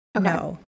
No